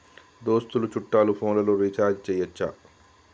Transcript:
దోస్తులు చుట్టాలు ఫోన్లలో రీఛార్జి చేయచ్చా?